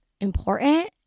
important